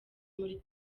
muri